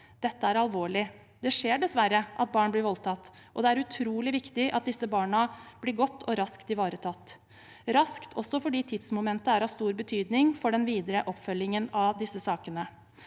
Dette er alvorlig. Det skjer dessverre at barn blir voldtatt, og det er utrolig viktig at disse barna blir godt og raskt ivaretatt – raskt, også fordi tidsmomentet er av stor betydning for den videre oppfølgingen av disse sakene.